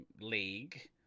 league